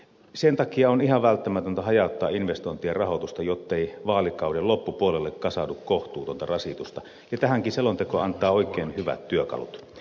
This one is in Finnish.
sen takia on ihan välttämätöntä hajauttaa investointien rahoitusta jottei vaalikauden loppupuolelle kasaudu kohtuutonta rasitusta ja tähänkin selonteko antaa oikein hyvät työkalut